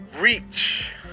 reach